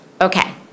okay